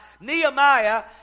Nehemiah